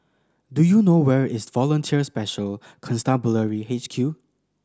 do you know where is Volunteer Special Constabulary H Q